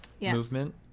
movement